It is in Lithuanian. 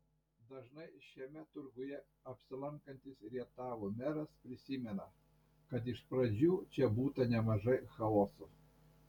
dažnai šiame turguje apsilankantis rietavo meras prisimena kad iš pradžių čia būta nemažai chaoso